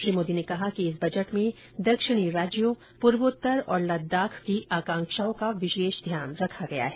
श्री मोदी ने कहा कि इस बजट में दक्षिणी राज्यों पूर्वोत्तर और लद्दाख की आकांक्षाओं का विशेष ध्यान रखा गया है